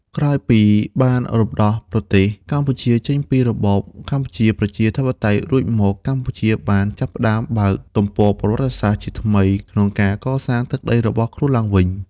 ក្រោយពីបានរំដោះប្រទេសកម្ពុជាចេញពីរបបកម្ពុជាប្រជាធិបតេយ្យរួចមក កម្ពុជាបាន ចាប់ផ្តើមបើកទំព័រប្រវិត្តសាស្ត្រជាថ្មី ក្នុងការកសាងទឹកដីរបស់ខ្លួនឡើងវិញ។